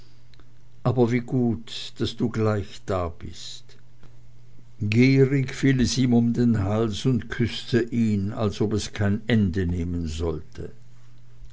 aber wie gut laß du gleich da bist gierig fiel es ihm um den hals und küßte ihn als ob es kein ende nehmen sollte